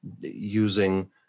using